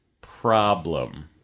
problem